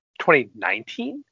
2019